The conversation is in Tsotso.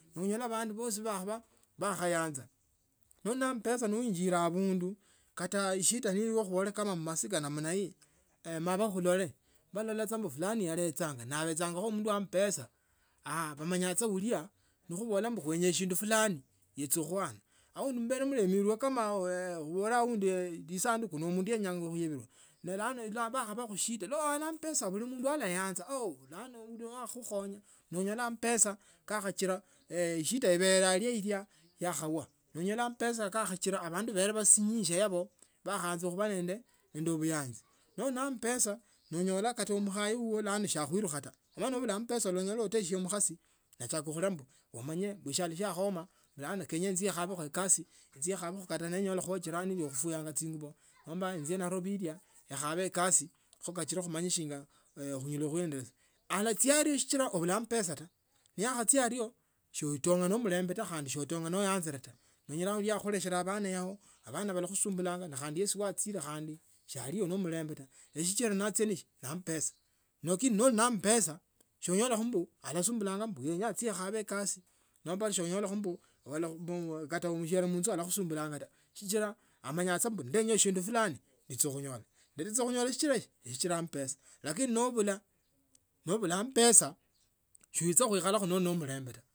Nonyola bandu bosi bakhayanza noli na amapesa noinjire bandu kata shida ibeleo khubole khumasika mala wkhulole balola mbu fulani alechanga naabaechanga mundu wa amapesa aa bamanye saa ulya nekhubola mbu khuenya sindu fulani yecha khuana aundi mbe ndonolwe sindu singa esanduku nelano ndakhaba khusida no ona ambesa buli mundu alayanza oo bulano uno yakhakhunyo no onyola ambesa kakhochila eshida ibeleo ilya yakhauwo nonyola ambesa kakhachila abandu babele basinyijie yabo bakhaanza khuba nende mulembe nende buyanzi nonyola noli na ambesa nonyola kata umukhasi bulano si akhuilikha taa bulano bula amapesa olanyola utesiele mukhasi olanyola mbu umanye mushialo shukhaoma bulano kenya njie khabe ekasi enjie ekhabe kata ninyolakho jaani ilya khufuya chingumbo nomba injie nairobi ilya ekhabi ekasi kho kkachile khumanye shinga uli na ambesa ta naachia alio siutonga ne mulembe taa notonga noyanzili taa no onyola uno yakhakhulesela abana ao. abana balakhusumbuanga na yesi khandi si alio na mulembe taa nesichira na achiria ni si ne amapesa lakini noli na ambesa sonyola mbu alasumbanya kenya anyole taa nomba sonyola kata musinde munzu alakhusumbulanga sichila amanya saa nindenya sindu fukini ndanyola ndanyola sichila sie ambesa lakini nobula mbula ambesa sicha khuikhala ndi ne omulembe tao.